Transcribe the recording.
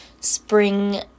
spring